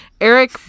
eric